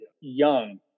young